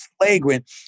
flagrant